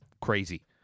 crazy